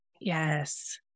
Yes